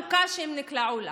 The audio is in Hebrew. עמוקה מאוד שהם נקלעו אליה.